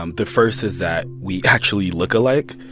um the first is that, we actually look alike.